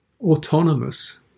autonomous